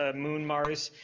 ah moon, mars,